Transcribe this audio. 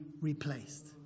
replaced